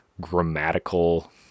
grammatical